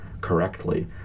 Correctly